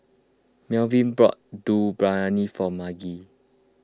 Malvin bought Dum Briyani for Margie